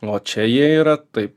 o čia jie yra taip